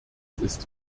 ist